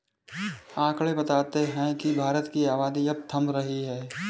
आकंड़े बताते हैं की भारत की आबादी अब थम रही है